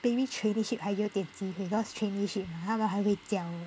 maybe traineeship 还有点机会 because traineeship 他还会教